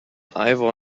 ivor